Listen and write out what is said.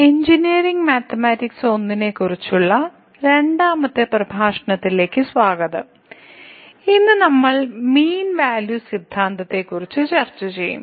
engineering mathematics 1 നെക്കുറിച്ചുള്ള രണ്ടാമത്തെ പ്രഭാഷണത്തിലേക്ക് സ്വാഗതം ഇന്ന് നമ്മൾ മീൻ വാല്യൂ സിദ്ധാന്തങ്ങളെക്കുറിച്ച് ചർച്ച ചെയ്യും